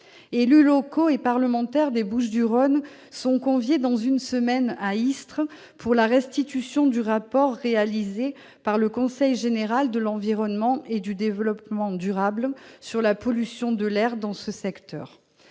Élus locaux et parlementaires des Bouches-du-Rhône sont conviés dans une semaine, à Istres, pour la restitution du rapport réalisé par le Conseil général de l'environnement et du développement durable sur la pollution de l'air dans ce secteur.